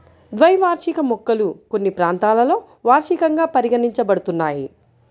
ద్వైవార్షిక మొక్కలు కొన్ని ప్రాంతాలలో వార్షికంగా పరిగణించబడుతున్నాయి